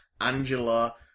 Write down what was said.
Angela